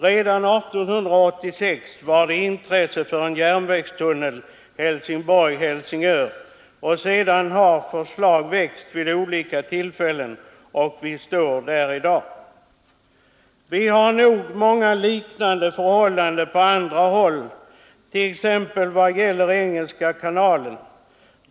Redan år 1886 fanns intresse för en järnvägstunnel Helsingborg—Helsingör. Sedan har förslag väckts vid olika tillfällen, och vi står inför ett i dag. Det finns nog många liknande förhållanden på andra håll i världen, t.ex. vid Engelska kanalen.